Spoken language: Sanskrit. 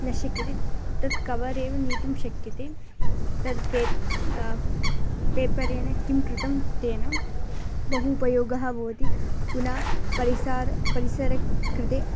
न शक्यते तत् कवर् एव नेतुं शक्यते तद् पे पेपरेण किं कृतं तेन बहु उपयोगः भवति पुनः परिसरः परिसरस्य कृते